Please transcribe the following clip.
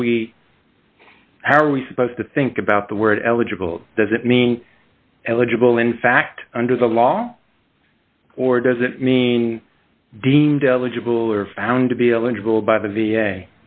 do we how are we supposed to think about the word eligible does it mean eligible in fact under the law or does it mean deemed eligible or found to be eligible by the v